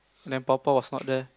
then papa was not there